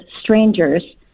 strangers